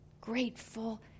grateful